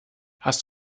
hast